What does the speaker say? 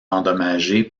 endommagé